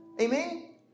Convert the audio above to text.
Amen